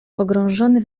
pogrążony